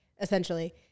essentially